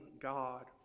God